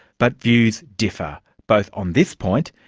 but views differ. both on this point,